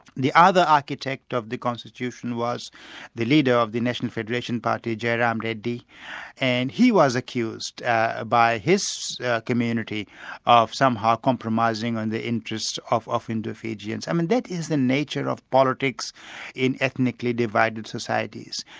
the other architect of the constitution was the leader of the national federation party, jai ram reddy and he was accused ah by his community of somehow compromising on the interests of of indo fijians. i mean that is the nature of politics in ethnically-divided societies.